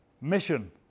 mission